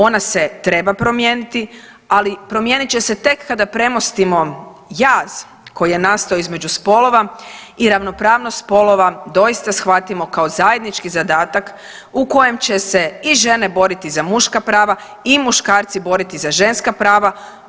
Ona se treba promijeniti, ali promijenit će se tek kada premostimo jaz koji je nastao između spolova i ravnopravnost spolova doista shvatimo kao zajednički zadatak u kojem će se i žene boriti za muška prava i muškarci boriti za ženska prava.